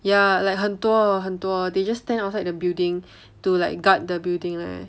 ya like 很多很多 they just stand outside the building to like guard the building leh